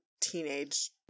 teenage